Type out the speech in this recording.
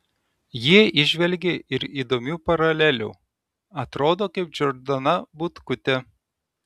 jie įžvelgė ir įdomių paralelių atrodo kaip džordana butkutė